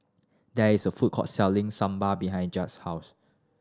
there is a food court selling Sambar behind house